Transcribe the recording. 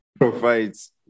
provides